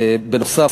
בנוסף,